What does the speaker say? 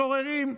משוררים.